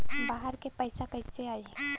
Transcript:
बाहर से पैसा कैसे आई?